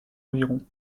environ